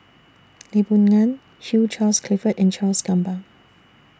Lee Boon Ngan Hugh Charles Clifford and Charles Gamba